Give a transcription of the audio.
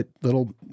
little